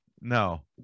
No